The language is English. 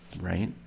right